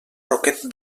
roquet